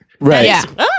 Right